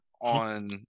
on